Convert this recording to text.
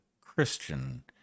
Christian